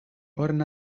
horren